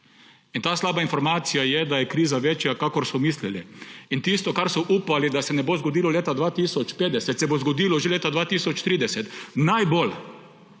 In ta slaba informacija je, da je kriza večja, kakor so mislili, in tisto, kar so upali, da se ne bo zgodilo leta 2050, se bo zgodilo že leta 2030. Najbolj